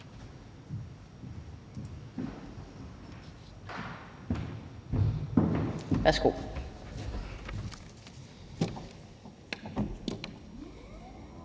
Værsgo,